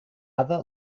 other